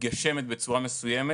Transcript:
מתגשמת בצורה מסוימת.